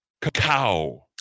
cacao